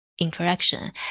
Interaction